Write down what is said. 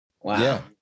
Wow